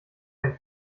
einen